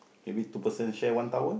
maybe two persons share one towel